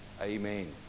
Amen